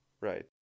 Right